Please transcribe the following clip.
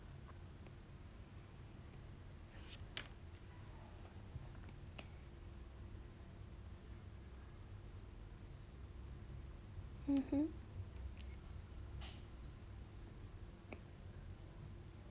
mmhmm